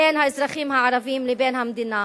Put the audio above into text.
בין האזרחים הערבים לבין המדינה.